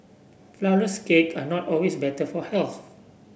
Flourless cake are not always better for health